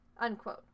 Unquote